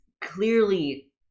clearly